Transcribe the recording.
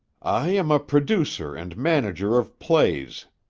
i am a producer and manager of plays,